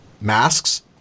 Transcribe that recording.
masks